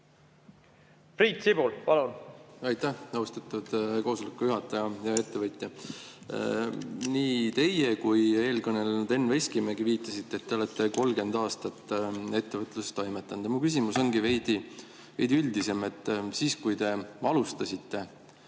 Priit Sibul, palun!